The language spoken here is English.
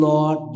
Lord